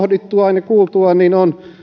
pohdittuaan ja kuultuaan on